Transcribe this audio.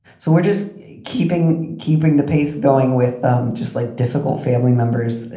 so we're just keeping keeping the pace going with them just like difficult family members.